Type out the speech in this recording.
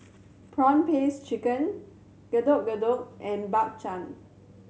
prawn paste chicken Getuk Getuk and Bak Chang